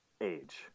age